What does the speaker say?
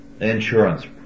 insurance